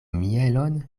mielon